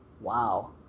Wow